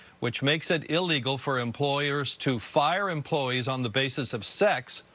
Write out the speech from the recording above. which makes it illegal for employers to fire employees on the basis of sex,